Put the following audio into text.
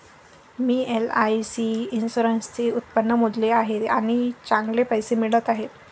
मी LIC इन्शुरन्सचे उत्पन्न मोजले आहे आणि चांगले पैसे मिळत आहेत